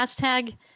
hashtag